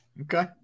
Okay